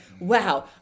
wow